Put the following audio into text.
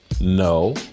No